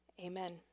Amen